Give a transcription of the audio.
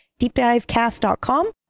deepdivecast.com